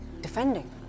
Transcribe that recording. defending